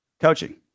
Coaching